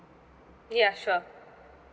ya sure